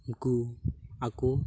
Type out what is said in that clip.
ᱩᱱᱠᱩ ᱟᱠᱚ